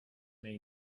may